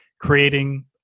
creating